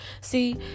See